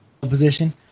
position